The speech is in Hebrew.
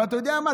ואתה יודע מה,